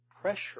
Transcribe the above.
pressure